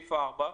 סעיף (4).